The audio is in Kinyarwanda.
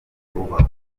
ubaho